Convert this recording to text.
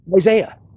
Isaiah